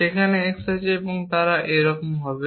সেখানে x আছে তারা একই রকম হবে